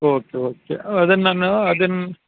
okay okay ಅದನ್ನ ನಾನೂ ಅದನ್ನ